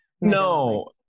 no